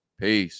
peace